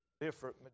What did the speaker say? different